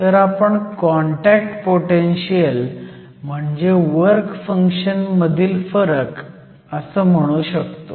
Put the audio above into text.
तर आपण contact potential म्हणजे वर्क फंक्शन मधील फरक असं म्हणू शकतो